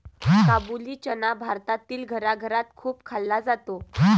काबुली चना भारतातील घराघरात खूप खाल्ला जातो